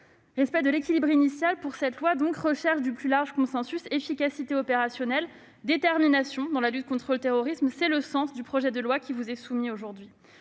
Respect de l'équilibre initial, recherche du plus large consensus, efficacité opérationnelle, détermination dans la lutte contre le terrorisme : tel est le sens du texte qui vous est soumis aujourd'hui.